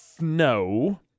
No